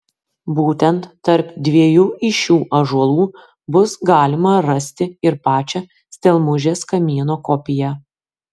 būtent tarp dviejų iš šių ąžuolų bus galima rasti ir pačią stelmužės kamieno kopiją